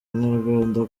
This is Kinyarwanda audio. nyarwanda